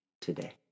today